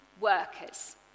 workers